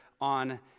on